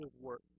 work